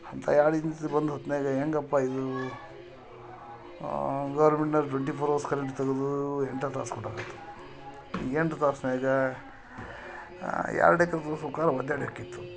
ಅಂತ ಎರಡು ಇಂಚಿದು ಬಂದು ಹೊತ್ನಾಗೆ ಹೆಂಗಪ್ಪ ಇದು ಗೌರ್ಮೆಂಟ್ನವ್ರ್ ಟ್ವೆಂಟಿ ಫೋರ್ ಅವರ್ಸ್ ಕರೆಂಟ್ ತೆಗ್ದು ಎಂಟೇ ತಾಸು ಕೊಟ್ಟಾರೆ ಎಂಟು ತಾಸ್ನಾಗೆ ಎರಡು ಎಕರೆ ತುಂಬ್ಸ್ಬೇಕಾದ್ರ್ ಒದ್ದಾಡಬೇಕಿತ್ತು